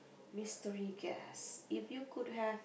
mystery guest if you could have